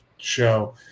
show